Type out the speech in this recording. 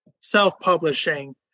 self-publishing